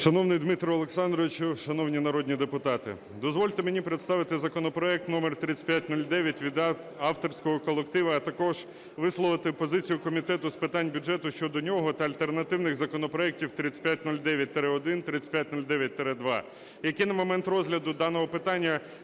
Шановний Дмитре Олександровичу, шановні народні депутати, дозвольте мені представити законопроект №3509 від авторського колективу, а також висловити позицію Комітету з питань бюджету щодо нього та альтернативних законопроектів 3509-1, 3509-2, які на момент розгляду даного питання